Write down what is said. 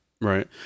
right